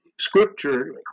scripture